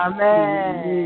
Amen